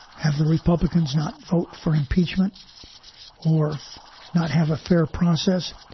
have the republicans not vote for impeachment or not have a fair process.